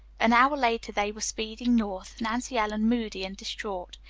an hour later they were speeding north, nancy ellen moody and distraught,